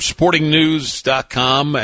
SportingNews.com